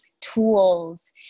tools